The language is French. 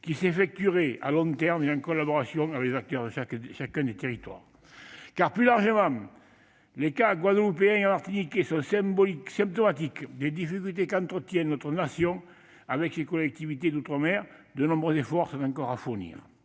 qui s'effectuerait à long terme et en collaboration avec les acteurs de chacun des territoires. Car, plus largement, les cas guadeloupéen et martiniquais sont symptomatiques des rapports difficiles qu'entretient notre nation avec ses collectivités d'outre-mer. De nombreux efforts devront être fournis.